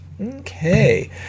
okay